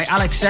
Alex